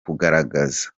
kugaragaza